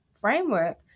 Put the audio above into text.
framework